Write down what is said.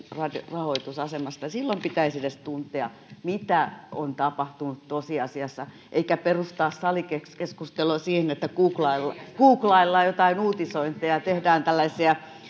rahoitusasemasta silloin pitäisi edes tuntea mitä on tapahtunut tosiasiassa eikä perustaa salikeskustelua siihen että googlaillaan googlaillaan joitain uutisointeja ja tehdään tällaisia